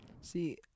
See